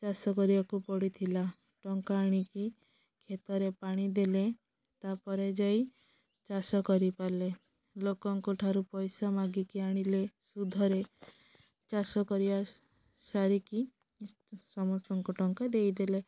ଚାଷ କରିବାକୁ ପଡ଼ିଥିଲା ଟଙ୍କା ଆଣିକି କ୍ଷେତରେ ପାଣି ଦେଲେ ତା'ପରେ ଯାଇ ଚାଷ କରିପାରିଲେ ଲୋକଙ୍କ ଠାରୁ ପଇସା ମାଗିକି ଆଣିଲେ ସୁଧରେ ଚାଷ କରିବା ସାରିକି ସମସ୍ତଙ୍କୁ ଟଙ୍କା ଦେଇଦେଲେ